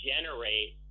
generate